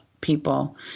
people